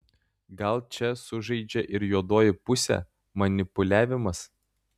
gal čia sužaidžia ir juodoji pusė manipuliavimas